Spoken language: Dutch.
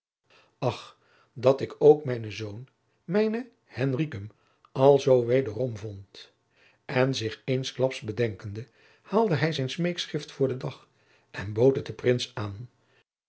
ach dat ik ook mijnen zoon mijnen henricum alsoo wederom vond en zich eensklaps bedenkende haalde hij zijn smeekschrift voor den dag en bood het den prins aan